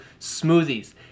smoothies